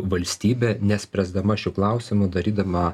valstybė nespręsdama šių klausimų darydama